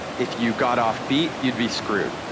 if you got off beat, you'd be screwed.